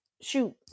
Shoot